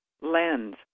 lens